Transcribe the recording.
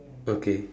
okay